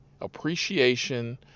Appreciation